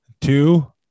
Two